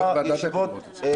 עד עכשיו היו ישיבות פרונטליות.